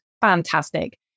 Fantastic